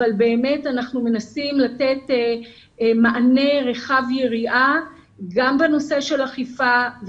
אבל באמת אנחנו מנסים לתת מענה רחב יריעה גם בנושא של אכיפה,